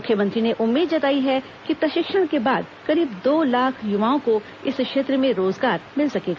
मुख्यमंत्री ने उम्मीद जताई है कि प्रशिक्षण के बाद करीब दो लाख युवाओं को इस क्षेत्र में रोजगार मिल सकेगा